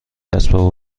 اسباب